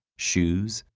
shoes,